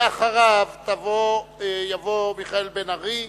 ואחריו יבוא חבר הכנסת מיכאל בן-ארי,